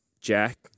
Jack